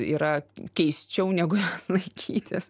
yra keisčiau negu laikytis